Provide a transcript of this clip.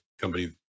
company